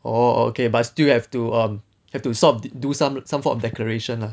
oh okay but still have to um have to sort of do some some form of declaration lah